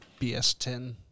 BS-10